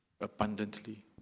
abundantly